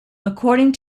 according